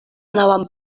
anaven